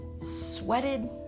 sweated